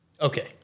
Okay